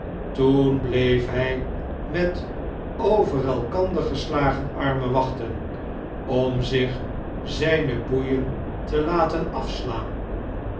toen bleef hij met over elkander geslagen armen wachten om zich zijne boeien te laten afslaan